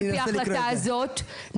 על פי ההחלטה הזאת,